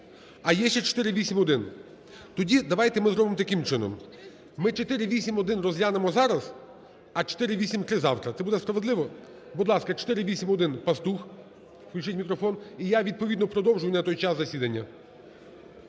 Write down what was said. А є ще 481? Тоді давайте ми зробимо таким чином, ми 481 розглянемо зараз, а 483 завтра. Це буде справедливо? Будь ласка, 481 – Пастух. Включіть мікрофон. І я відповідно продовжую на той час засідання.